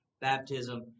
baptism